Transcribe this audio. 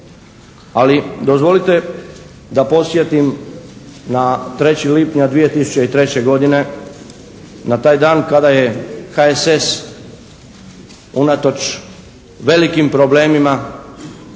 Ali, dozvolite da podsjetim na 3. lipnja 2003. godine na taj dan kada je HSS unatoč velikim problemima,